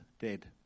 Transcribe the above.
dead